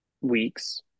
weeks